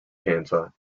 cancer